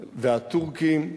והטורקים,